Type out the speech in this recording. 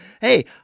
Hey